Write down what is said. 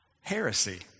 heresy